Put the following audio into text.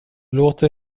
låter